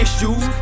Issues